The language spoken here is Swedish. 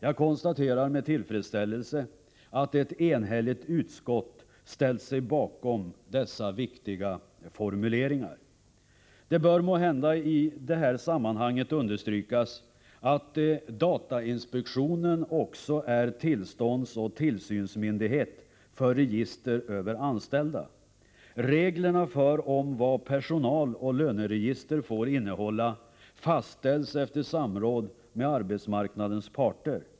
Jag konstaterar med tillfredsställelse att ett enhälligt utskott ställt sig bakom dessa viktiga formuleringar. Det bör måhända i detta sammanhang understrykas att datainspektionen också är tillståndsoch tillsynsmyndighet för register över anställda. Reglerna om vad personaloch löneregister får innehålla fastställs efter samråd med arbetsmarknadens parter.